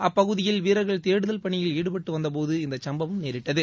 அப்பகுதியில் வீரர்கள் தேடுதல் பணியில் ஈடுபட்டு வந்தபோது இந்த சுப்பவம் நேரிட்டது